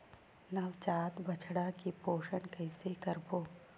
नवजात बछड़ा के पोषण कइसे करबो?